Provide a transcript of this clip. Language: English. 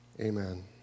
Amen